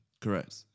Correct